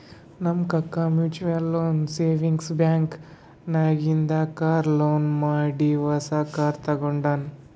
ನಮ್ ಕಾಕಾ mutual savings bank ನಾಗಿಂದೆ ಕಾರ್ ಲೋನ್ ಮಾಡಿ ಹೊಸಾ ಕಾರ್ ತಗೊಂಡಾನ್